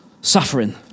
suffering